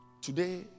Today